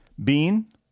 Bean